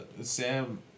Sam